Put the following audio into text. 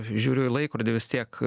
žiūriu į laikrodį vis tiek